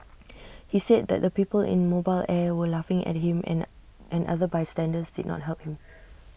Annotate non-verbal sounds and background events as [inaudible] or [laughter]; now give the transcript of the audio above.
he said that the people in mobile air were laughing at him and [unintelligible] and other bystanders did not help him